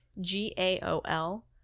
G-A-O-L